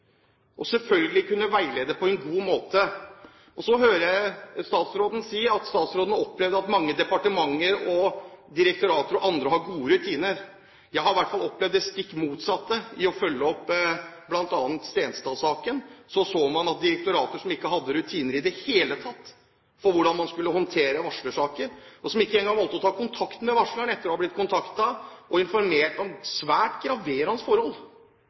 og selvfølgelig kunne veilede på en god måte. Jeg hører statsråden si at hun har opplevd at mange departementer, direktorater og andre har gode rutiner. Jeg har i hvert fall opplevd det stikk motsatte. Ved å følge opp bl.a. Stenstad-saken kunne man se direktorater som ikke i det hele tatt hadde rutiner for hvordan man skulle håndtere varslersaker, og som ikke engang valgte å ta kontakt med varsleren etter å ha blitt kontaktet og blitt informert om svært graverende forhold.